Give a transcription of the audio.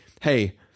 hey